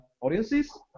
audiences